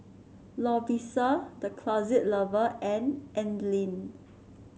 Lovisa The Closet Lover and Anlene